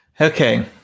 Okay